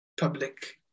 public